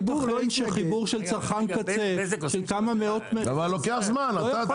הציבור לא --- אבל זה לא ייתכן שחיבור של צרכן